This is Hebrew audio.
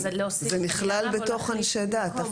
זה נכלל בתוך אנשי דת.